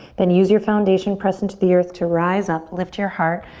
then use your foundation, press into the earth to rise up, lift your heart,